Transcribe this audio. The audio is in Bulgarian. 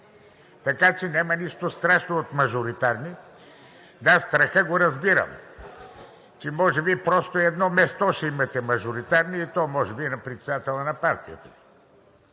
Така че няма нищо страшно от мажоритарни. Да, страхът го разбирам, че може би просто едно място ще имате мажоритарно, и то може би на председателя на партията